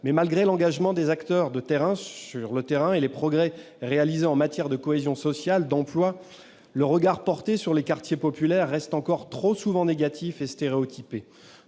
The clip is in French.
Malgré l'engagement des acteurs sur le terrain et les progrès réalisés en matière de cohésion sociale et d'emploi, le regard porté sur les quartiers populaires reste encore trop souvent négatif et stéréotypé.